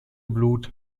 blut